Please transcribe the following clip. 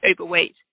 overweight